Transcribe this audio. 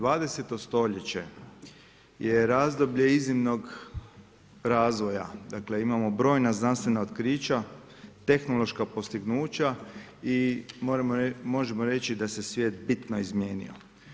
20. stoljeće je razdoblje iznimnog razvoja, dakle imamo brojna znanstvena otkrića, tehnološka postignuća i možemo reći da se svijet bitno izmijenio.